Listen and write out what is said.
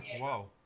wow